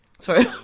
Sorry